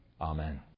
Amen